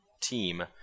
team